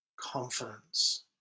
confidence